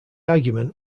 argument